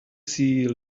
see